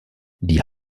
die